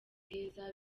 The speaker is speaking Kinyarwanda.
heza